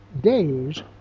days